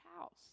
house